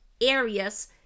areas